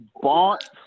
bought